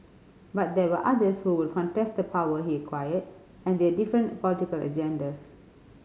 but there were others who would contest the power he acquired and they had different political agendas